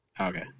Okay